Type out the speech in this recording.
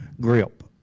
grip